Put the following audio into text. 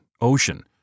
ocean